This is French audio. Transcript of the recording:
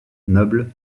noble